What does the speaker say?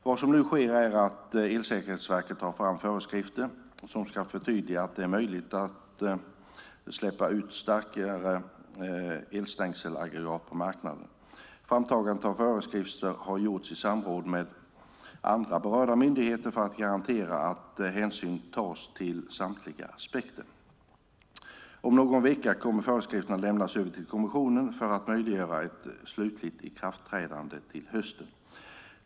Vad som nu sker är att Elsäkerhetsverket tar fram föreskrifter som ska förtydliga att det är möjligt att släppa ut starkare elstängselaggregat på marknaden. Framtagandet av föreskrifter har gjorts i samråd med andra berörda myndigheter för att garantera att hänsyn tas till samtliga aspekter. Om någon vecka kommer föreskrifterna att lämnas över till kommissionen för att möjliggöra ett slutligt ikraftträdande till hösten.